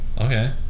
okay